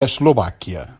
eslovàquia